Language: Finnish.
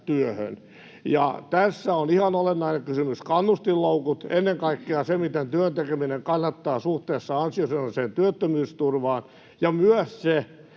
Tässä on ihan olennainen kysymys kannustinloukut, ennen kaikkea se, miten työn tekeminen kannattaa suhteessa ansiosidonnaiseen työttömyysturvaan, ja myös se,